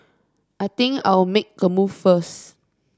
I think I'll make a move first